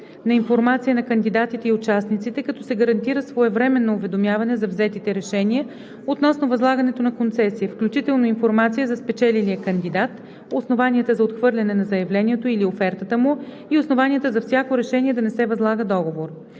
на информация на кандидатите и участниците, като се гарантира своевременно уведомяване за взетите решения относно възлагането на концесия, включително информация за спечелилия кандидат, основанията за отхвърляне на заявлението или офертата му и основанията за всяко решение да не се възлага договор.